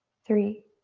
three,